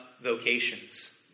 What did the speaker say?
vocations